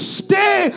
stay